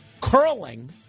curling